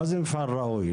מה זה מפעל ראוי?